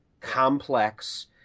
complex